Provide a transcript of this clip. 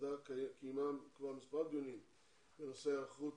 הוועדה קיימה כבר מספר דיונים בנושא היערכות